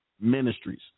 ministries